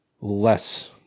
less